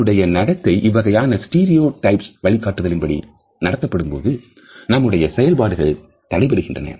நம்முடைய நடத்தை இவ்வகையான stereotypes வழிகாட்டுதலின்படி நடத்தப்படும்போது நம்முடைய செயல்பாடுகள் தடைபடுகின்றன